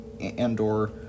Andor